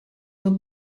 will